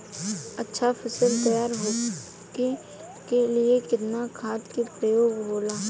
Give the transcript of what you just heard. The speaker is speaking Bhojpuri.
अच्छा फसल तैयार होके के लिए कितना खाद के प्रयोग होला?